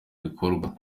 bikorwa